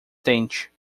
tente